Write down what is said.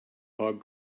hog